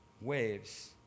waves